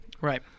Right